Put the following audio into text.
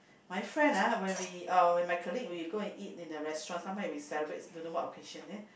my friend ah when we uh when my colleague when we go eat in a restaurant sometime when we celebrate don't know what occasion then